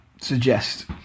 suggest